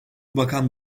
bakan